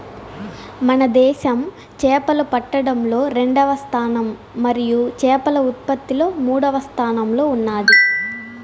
మన దేశం చేపలు పట్టడంలో రెండవ స్థానం మరియు చేపల ఉత్పత్తిలో మూడవ స్థానంలో ఉన్నాది